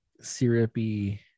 syrupy